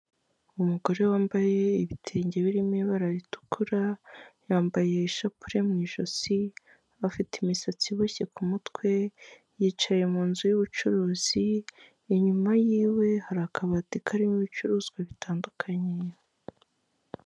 Umugore wambaye ibitenge birimo ibara ritukura, yambaye ishapure mu ijosi, afite imisatsi iboshye ku mutwe yicaye mu nzu y'ubucuruzi, inyuma yiwe hari akabati karimo ibicuruzwa bitandukanye.